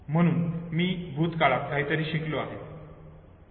म्हणून मी भूतकाळात काहीतरी शिकलो आहे